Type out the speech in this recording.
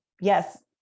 yes